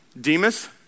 Demas